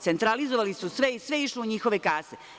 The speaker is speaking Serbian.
Centralizovali su sve i sve je išlo u njihove kase.